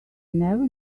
never